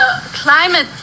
climate